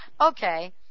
Okay